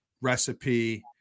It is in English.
recipe